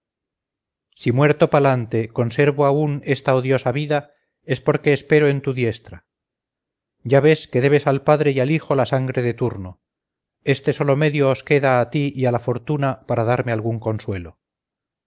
si muerto palante conservo aún esta odiosa vida es porque espero en tu diestra ya ves que debes al padre y al hijo la sangre de turno este solo medio os queda a ti y a la fortuna para darme algún consuelo